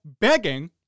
begging